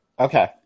Okay